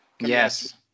Yes